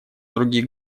других